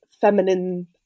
feminine